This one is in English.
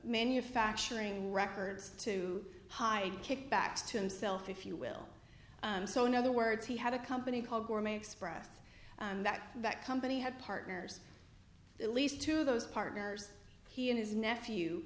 manufacturing records to hide kickbacks to himself if you will so in other words he had a company called gourmet express and that that company had partners at least two of those partners he and his nephew